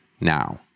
now